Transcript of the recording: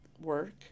work